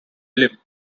limp